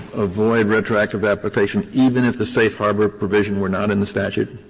avoid retroactive application even if the safe harbor provision were not in the statute?